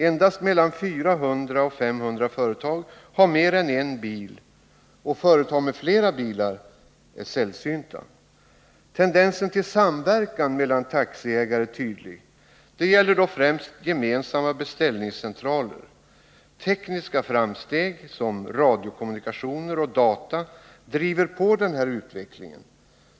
Endast mellan 400 och 500 företag har mer än en bil, och företag med flera bilar är sällsynta. Tendensen till samverkan mellan taxiägare är tydlig. Det gäller då främst gemensamma beställningscentraler. Tekniska framsteg som radiokommunikationer och data driver på denna utveckling.